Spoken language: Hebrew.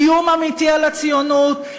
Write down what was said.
איום אמיתי על הציונות.